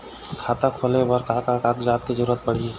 खाता खोले बर का का कागजात के जरूरत पड़ही?